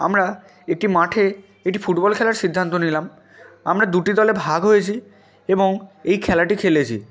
আমরা একটি মাঠে একটি ফুটবল খেলার সিদ্ধান্ত নিলাম আমরা দুটি দলে ভাগ হয়েছি এবং এই খেলাটি খেলেছি